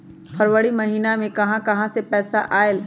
फरवरी महिना मे कहा कहा से पैसा आएल?